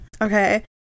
okay